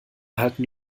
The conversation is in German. halten